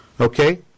Okay